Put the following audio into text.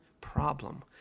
problem